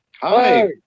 hi